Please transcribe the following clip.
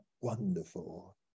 wonderful